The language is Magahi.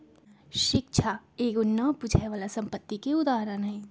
शिक्षा एगो न बुझाय बला संपत्ति के उदाहरण हई